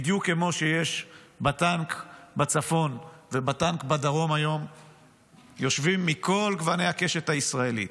בדיוק כמו שבטנק בצפון ובטנק בדרום היום יושבים מכל גוני הקשת הישראלית,